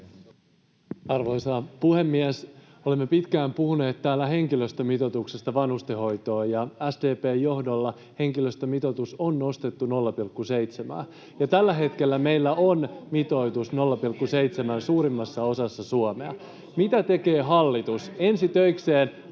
Arvoisa puhemies! Olemme pitkään puhuneet täällä henkilöstömitoituksesta vanhustenhoitoon, ja SDP:n johdolla henkilöstömitoitus on nostettu 0,7:ään. Tällä hetkellä meillä on mitoitus 0,7 suurimmassa osassa Suomea. [Ben Zyskowicz: Mitoitus on,